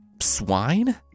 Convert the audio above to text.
swine